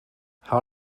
how